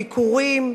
ביקורים,